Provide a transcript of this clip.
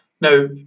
Now